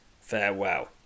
Farewell